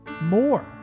more